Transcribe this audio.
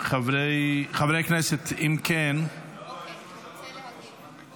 חברי הכנסת, אם כן ------ רוצה להגיב.